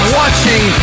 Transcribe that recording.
watching